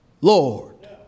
Lord